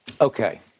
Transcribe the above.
Okay